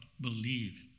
believe